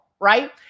right